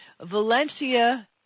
Valencia